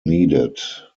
needed